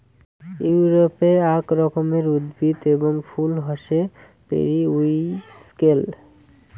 ইউরোপে আক রকমের উদ্ভিদ এবং ফুল হসে পেরিউইঙ্কেল